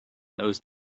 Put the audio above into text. those